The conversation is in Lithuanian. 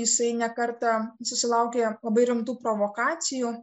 jisai ne kartą susilaukė labai rimtų provokacijų